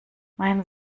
mein